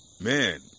man